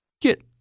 get